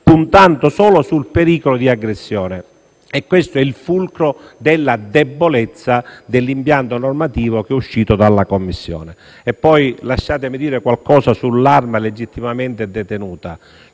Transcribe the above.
puntando solo sul pericolo di aggressione. Questo è il fulcro della debolezza dell'impianto normativo uscito dalla Commissione. Lasciatemi, poi, dire qualcosa sulla dicitura «arma legittimamente detenuta»;